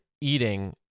eating